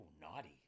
naughty